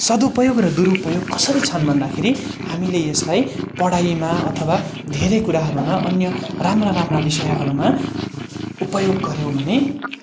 सदुपयोग र दुरुपयोग कसरी छन् भन्दाखेरि हामीले यसलाई पढाइमा अथवा धेरै कुराहरूमा अन्य राम्रा राम्रा विषयहरूमा उपयोग गऱ्यौँ भने